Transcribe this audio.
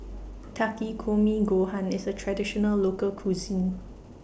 Takikomi Gohan IS A Traditional Local Cuisine